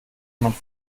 man